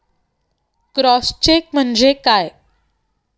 Cross check म्हणजे काय?